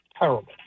terrible